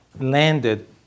landed